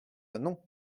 non